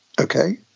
Okay